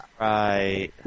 Right